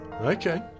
Okay